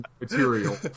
material